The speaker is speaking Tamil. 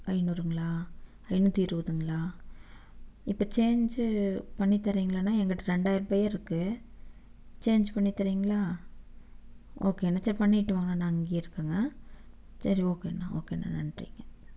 ஐநுறுங்களா ஐநூற்றி இருபதுங்களா இப்போ சேஞ்சு பண்ணித் தர்றீங்களாண்ணா என்கிட்ட ரெண்டாயிரூபாயாக இருக்குது சேஞ்ச் பண்ணித் தர்றீங்களா ஓகேண்ணா சரி பண்ணிட்டு வாங்கண்ணா நான் இங்கே இருக்கேங்க சரி ஓகேண்ணா ஓகேண்ணா நன்றி